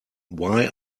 why